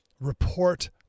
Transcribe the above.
report